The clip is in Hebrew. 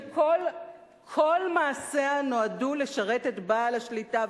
שכל מעשיה נועדו לשרת את בעל השליטה.